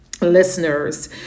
listeners